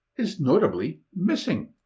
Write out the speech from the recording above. is notably missing.